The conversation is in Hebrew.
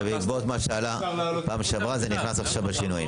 בעקבות הנקודות שעלו בפעם שעברה זה נכנס עכשיו בשינויים.